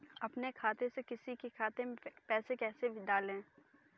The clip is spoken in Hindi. अपने खाते से किसी और के खाते में पैसे कैसे डालें?